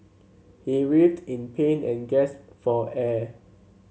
he writhed in pain and gasped for air